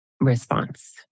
response